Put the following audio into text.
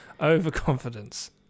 overconfidence